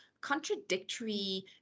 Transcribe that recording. contradictory